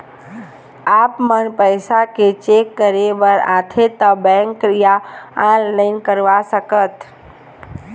आपमन पैसा चेक करे बार आथे ता बैंक या ऑनलाइन करवा सकत?